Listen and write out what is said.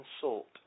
consult